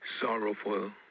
sorrowful